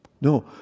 No